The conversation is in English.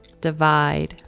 divide